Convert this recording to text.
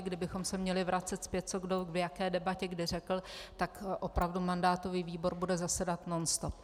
Kdybychom se měli vracet zpět, co kdo v jaké debatě kdy řekl, tak opravdu mandátový výbor bude zasedat nonstop.